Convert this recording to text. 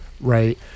right